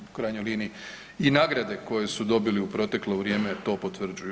U krajnjoj liniji i nagrade koje su dobili u proteklo vrijeme to potvrđuju.